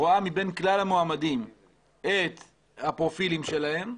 רואה מבין כלל המועמדים את הפרופילים שלהם,